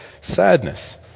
sadness